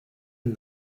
and